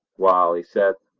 wall! he said,